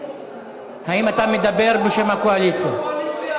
האם אתה מדבר בשם הקואליציה?